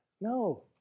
No